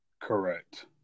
correct